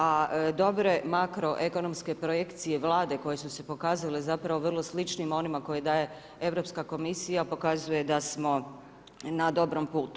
A dobro je makro ekonomske projekcije vlade koje su se pokazale zapravo vrlo sličnim onima koje daje Europska komisija pokazuje da smo na dobrom putu.